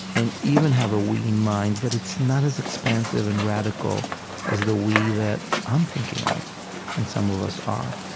and even have a we in mind, but it's not as expansive and radical as the we that i'm thinking of and some of us are?